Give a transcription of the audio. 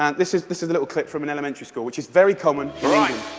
and this is this is a little clip from an elementary school, which is very common